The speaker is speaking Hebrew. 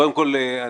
קודם כל,